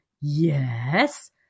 yes